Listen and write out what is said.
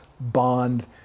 Bond